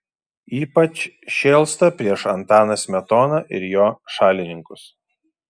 ypač šėlsta prieš antaną smetoną ir jo šalininkus